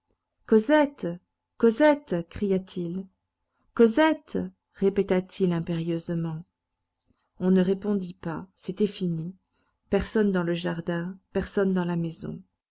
cosette cosette cria-t-il cosette répéta-t-il impérieusement on ne répondit pas c'était fini personne dans le jardin personne dans la maison